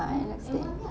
I understand